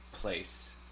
place